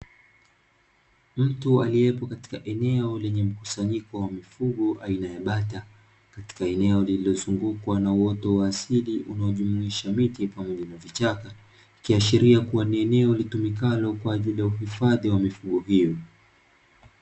Mtu aliepo katika eneo lenye mkusanyiko wa mifugo aina ya bata, katika eneo lililozungukwa na uoto wa asili unaojumuisha miti na vichaka, ikiashiria ni eneo linalotumika kwaajili ya uhifadhi wa mifugo hiyo.